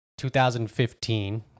2015